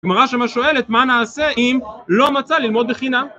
גמרא שמה שואלת מה נעשה אם לא מצא ללמוד בחינה?